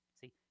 See